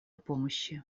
помощи